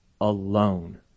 alone